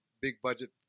big-budget